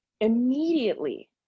Immediately